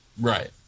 Right